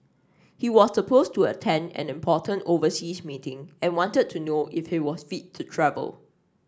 he was supposed to attend an important overseas meeting and wanted to know if he was fit to travel